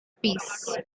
peace